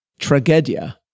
tragedia